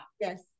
Yes